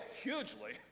hugely